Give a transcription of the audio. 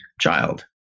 child